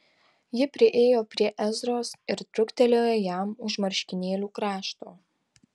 ji priėjo prie ezros ir truktelėjo jam už marškinėlių krašto